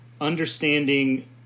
understanding